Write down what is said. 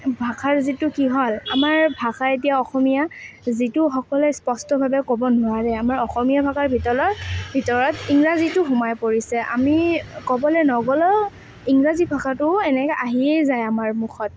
ভাষাৰ যিটো কি হ'ল আমাৰ ভাষা এতিয়া অসমীয়া যিটো সকলোৱে স্পষ্টভাৱে ক'ব নোৱাৰে আমাৰ অসমীয়া ভাষাৰ ভিতৰত ইংৰাজীটো সোমাই পৰিছে আমি ক'বলৈ নগ'লেও ইংৰাজী ভাষাটো এনেকৈ আহিয়েই যায় আমাৰ মুখত